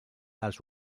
els